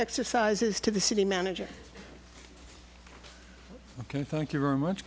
exercises to the city manager ok thank you very much